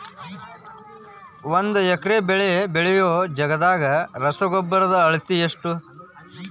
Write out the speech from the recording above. ಒಂದ್ ಎಕರೆ ಬೆಳೆ ಬೆಳಿಯೋ ಜಗದಾಗ ರಸಗೊಬ್ಬರದ ಅಳತಿ ಎಷ್ಟು?